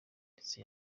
ndetse